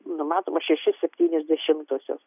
numatoma šeši septynios dešimtosios